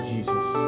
Jesus